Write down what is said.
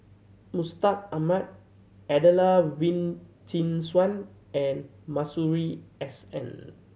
Mustaq Ahmad Adelene Wee Chin Suan and Masuri S N